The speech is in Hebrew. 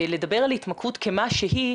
ולדבר על התמכרות כְּמה שהיא.